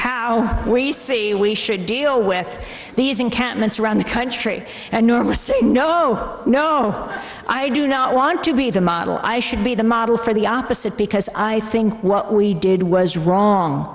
how we see we should deal with these encampments around the country and never say no no no i do not want to be the model i should be the model for the opposite because i think what we did was wrong